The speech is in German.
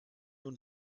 und